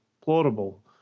plausible